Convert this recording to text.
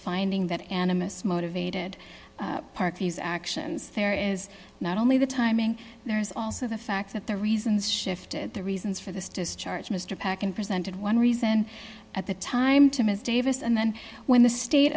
finding that animus motivated parkies actions there is not only the timing there is also the fact that the reasons shifted the reasons for this discharge mr pac and presented one reason at the time to ms davis and then when the state